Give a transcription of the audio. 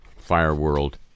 Fireworld